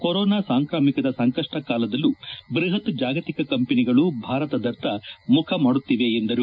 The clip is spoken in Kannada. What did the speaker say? ಕೊರೋನಾ ಸಾಂಕ್ರಾಮಿಕದ ಸಂಕಪ್ಷ ಕಾಲದಲ್ಲೂ ಬೃಹತ್ ಜಾಗತಿಕ ಕಂಪನಿಗಳು ಭಾರತದತ್ತ ಮುಖ ಮಾಡುತ್ತಿವೆ ಎಂದರು